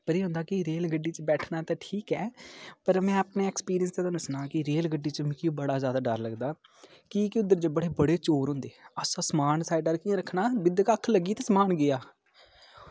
पर एह् होंदा कि रेलगड्डी च बैठना ते ठीक ऐ पर में अपना ऐक्सपीरियंस कि तुआनू सनां कि रेलगड्डी च मिगी बड़ा ज्यादा डर लगदा कि के उद्धर बड़े चोर होंदे असें समान साइड पर कि'यां रक्खना बिंद क अक्ख लग्गी ते समान गेआ